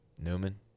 newman